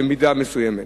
במידה מסוימת.